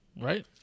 Right